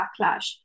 backlash